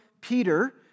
Peter